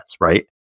right